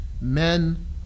men